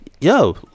yo